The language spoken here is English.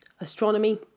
astronomy